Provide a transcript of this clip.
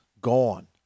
gone